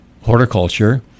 horticulture